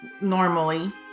normally